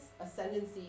ascendancy